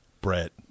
Brett